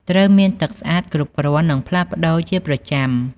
ត្រូវមានទឹកស្អាតគ្រប់គ្រាន់ និងផ្លាស់ប្តូរជាប្រចាំ។